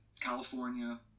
California